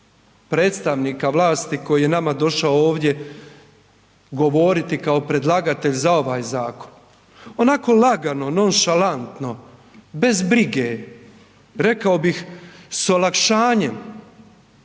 predstavnika vlasti koji je nama došao ovdje govoriti kao predlagatelj za ovaj zakon, onako lagano nonšalantno, bez brige, rekao bih s olakšanjem,